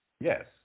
Yes